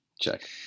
Check